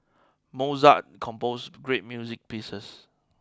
Mozart composed great music pieces